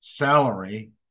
salary